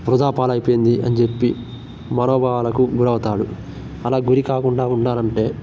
వృధా పాలైపోయింది అని చెప్పి మనోభావాలకు గురవుతాడు అలా గురికాకుండా ఉండాలంటే